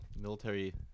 military